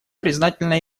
признательна